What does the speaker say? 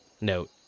note